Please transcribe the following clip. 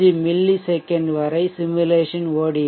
01 ms வரை simulation ஓடியது